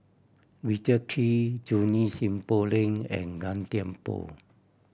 Richard Kee Junie Sng Poh Leng and Gan Thiam Poh